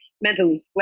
mentally